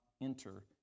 enter